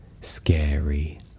scary